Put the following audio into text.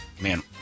Man